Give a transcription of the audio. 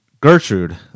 Gertrude